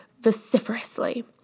vociferously